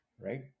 right